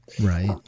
Right